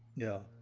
yeah.